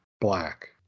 black